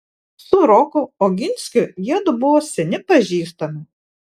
su roku oginskiu jiedu buvo seni pažįstami